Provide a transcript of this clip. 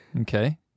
Okay